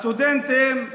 גם הסטודנטים נרתמו,